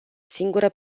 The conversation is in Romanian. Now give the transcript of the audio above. singură